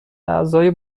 اعضای